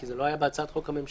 כי זה לא היה בהצעת החוק הממשלתית.